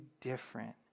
different